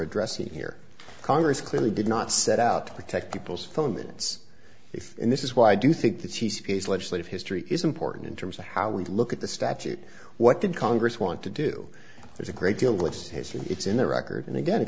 addressing here congress clearly did not set out to protect people's phone minutes if and this is why i do think that the space legislative history is important in terms of how we look at the statute what did congress want to do there's a great deal of this history it's in the record and again if